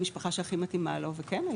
מבחינתנו, היא